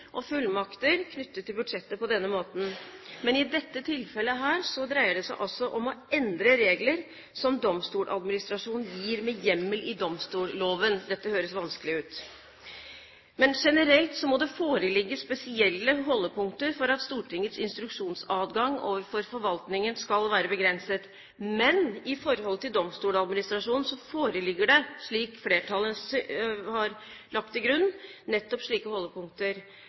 og fullmakter knyttet til budsjettet på denne måten. Men i dette tilfellet dreier det seg altså om å endre regler som Domstoladministrasjonen gir med hjemmel i domstolloven – dette høres vanskelig ut. Generelt må det foreligge spesielle holdepunkter for at Stortingets instruksjonsadgang overfor forvaltningen skal være begrenset. Men i forhold til Domstoladministrasjonen foreligger det, slik flertallet har lagt til grunn, nettopp slike holdepunkter.